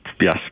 yes